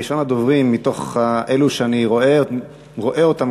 ראשון הדוברים מתוך אלו שאני רואה אותם